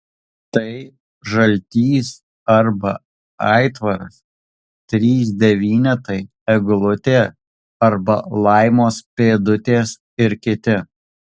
tai žaltys arba aitvaras trys devynetai eglutė arba laimos pėdutės ir kiti